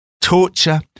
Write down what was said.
torture